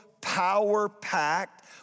power-packed